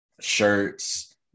shirts